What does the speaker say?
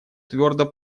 твердо